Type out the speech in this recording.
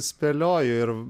spėlioju ir